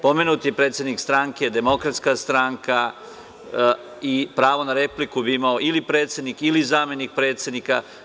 Pomenut je predsednik stranke, Demokratska stranka i pravo na repliku bi imao ili predsednik ili zamenik predsednika.